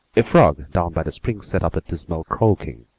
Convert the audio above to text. a frog down by the spring set up a dismal croaking.